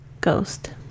ghost